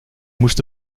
moest